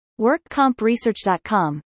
workcompresearch.com